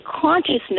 consciousness